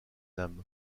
nam